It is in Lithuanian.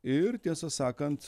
ir tiesą sakant